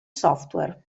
software